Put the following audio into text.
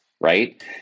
right